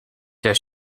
der